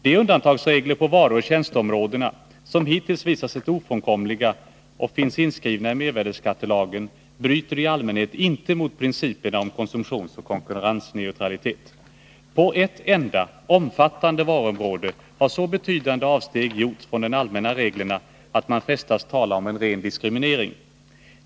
De undantagsregler på varuoch tjänsteområdena som hittills visat sig ofrånkomliga och finns inskrivna i mervärdeskattelagen bryter i allmänhet inte mot principerna om konsumtionsoch konkurrensneutralitet. På ett enda, omfattande varuområde har så betydande avsteg gjorts från de allmänna reglerna att man frestas tala om en ren diskriminering.